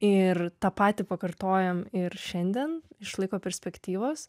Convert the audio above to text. ir tą patį pakartojom ir šiandien iš laiko perspektyvos